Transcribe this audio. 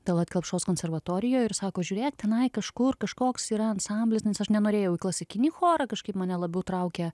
talat kelpšos konservatorijoj ir sako žiūrėk tenai kažkur kažkoks yra ansamblis nes aš nenorėjau klasikinį chorą kažkaip mane labiau traukė